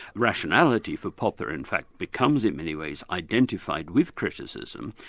rationality for popper in fact becomes in many ways identified with criticism,